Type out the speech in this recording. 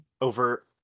over